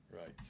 Right